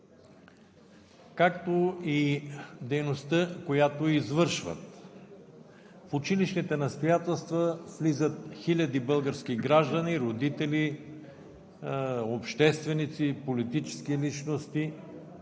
както и дейността, която извършват. В училищните настоятелства влизат хиляди български граждани, родители, общественици и политически личности